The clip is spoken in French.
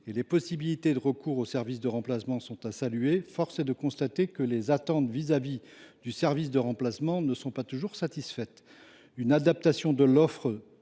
et les possibilités de recours aux services de remplacement sont à saluer, force est de constater que les attentes par rapport auxdits services ne sont pas toujours satisfaites. Une adaptation de l’offre